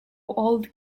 old